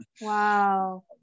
Wow